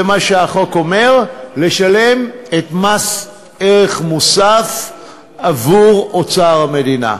זה מה שהחוק אומר: לשלם את מס ערך מוסף עבור אוצר המדינה.